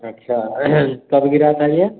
अच्छा कब गिरा था ये